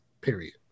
period